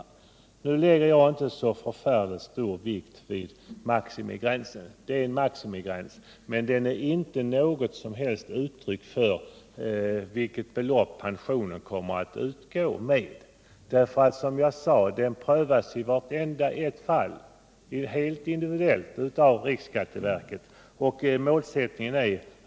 Jag lägger inte så förfärligt stor vikt vid maximigränsen. Den är inte något som helst uttryck för pensionsbeloppets storlek. Som jag redan sagt gör riksskatteverket en prövning helt individuellt i vartenda fall.